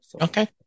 Okay